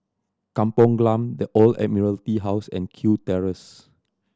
Kampong Glam The Old Admiralty House and Kew Terrace